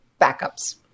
backups